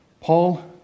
Paul